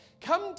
come